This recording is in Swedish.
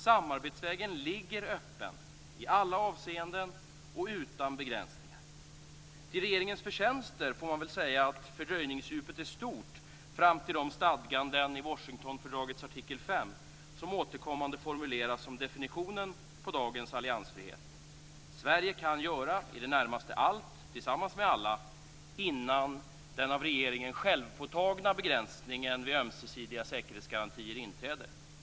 Samarbetsvägen ligger öppen i alla avseenden och utan begränsningar. Till regeringens förtjänster får man väl säga att fördröjningsdjupet är stort fram till de stadganden i Washingtonfördragets artikel 5 som återkommande formuleras som definitionen på dagens alliansfrihet. Sverige kan göra i det närmaste allt tillsammans med alla innan den av regeringen självpåtagna begränsningen vid ömsesidiga säkerhetsgarantier inträder.